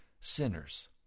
sinners